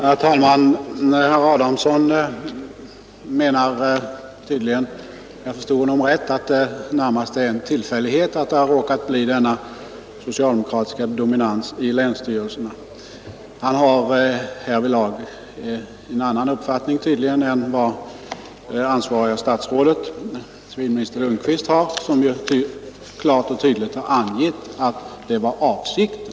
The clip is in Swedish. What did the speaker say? Herr talman! Herr Adamsson menar tydligen — om jag förstår honom rätt — att det närmast är en tillfällighet att det har råkat bli denna socialdemokratiska dominans i länsstyrelserna. Han har härvidlag tydligen en annan uppfattning än det ansvariga statsrådet, civilminister Lundkvist, som ju klart har angett att det var avsikten.